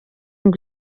ngo